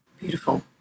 Beautiful